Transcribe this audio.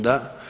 Da.